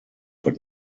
but